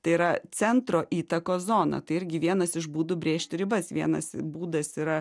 tai yra centro įtakos zoną tai irgi vienas iš būdų brėžti ribas vienas būdas yra